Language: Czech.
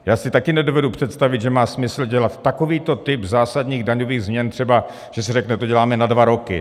Já si také nedovedu představit, že má smysl dělat takovýto typ zásadních daňových změn, třeba že se řekne, to děláme na dva roky.